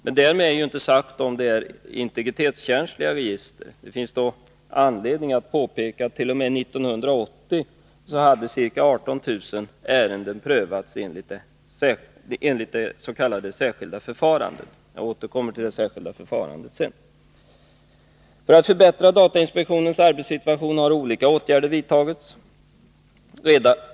Men därmed är inte sagt att det är fråga om integritetskänsliga register. Det finns anledning att påpeka att t.o.m. 1980 hade ca 18 000 ärenden prövats enligt det s.k. särskilda förfarandet — jag återkommer till det sedan. För att förbättra datainspektionens arbetssituation har olika åtgärder vidtagits.